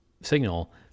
signal